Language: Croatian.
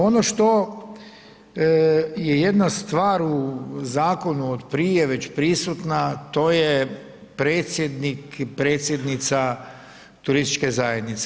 Ono što je jedna stvar u zakonu od prije već prisutna, to je predsjednik i predsjednica turističke zajednice.